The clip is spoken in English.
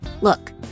Look